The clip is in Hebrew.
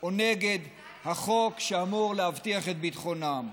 או נגד החוק שאמור להבטיח את ביטחונם.